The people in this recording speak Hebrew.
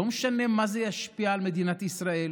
לא משנה איך זה ישפיע על מדינת ישראל,